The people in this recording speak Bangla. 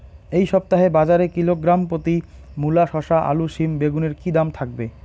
এই সপ্তাহে বাজারে কিলোগ্রাম প্রতি মূলা শসা আলু সিম বেগুনের কী দাম থাকবে?